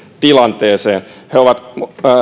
tilanteeseen he ovat